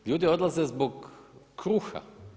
Ljudi odlaze zbog kruha.